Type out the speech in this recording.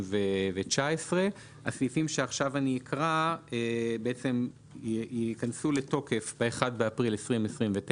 הסעיפים שאקרא עכשיו ייכנסו לתוקף ב-1 באפריל 2029,